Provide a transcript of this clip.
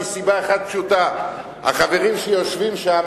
מסיבה אחת פשוטה: החברים שיושבים שם,